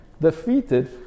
defeated